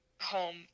home